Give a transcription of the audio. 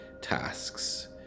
tasks